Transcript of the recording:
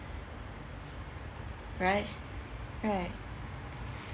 right right